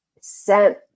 Sent